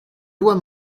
loi